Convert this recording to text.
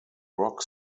rock